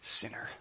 sinner